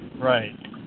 Right